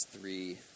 three